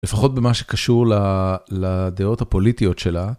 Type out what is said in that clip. לפחות במה שקשור לדעות הפוליטיות שלה.